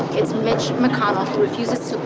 it's mitch mcconnell who refuses to